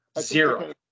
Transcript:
zero